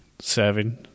serving